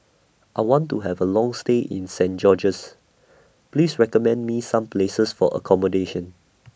I want to Have A Long stay in Saint George's Please recommend Me Some Places For accommodation